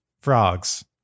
Frogs